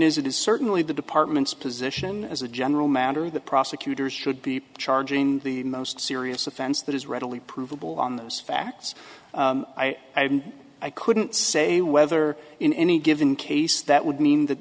it is certainly the department's position as a general matter that prosecutors should be charging the most serious offense that is readily provable on those facts i have and i couldn't say whether in any given case that would mean that